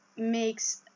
makes